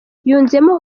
yunzemo